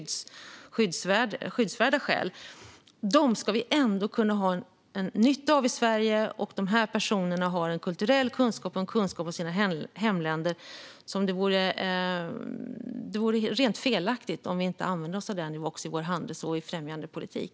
De personerna ska vi ändå kunna ha nytta av i Sverige. De har en kulturell kunskap och en kunskap om sina hemländer. Det vore rent felaktigt om vi inte skulle använda oss av det i vår handels och främjandepolitik.